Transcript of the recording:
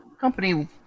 Company